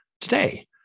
Today